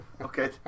Okay